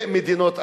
במדינות אחרות.